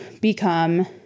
become